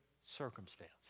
circumstance